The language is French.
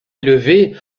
élevée